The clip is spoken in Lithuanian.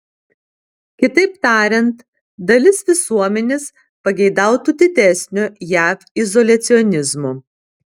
kitaip tariant dalis visuomenės pageidautų didesnio jav izoliacionizmo